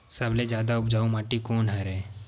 सबले जादा उपजाऊ माटी कोन हरे?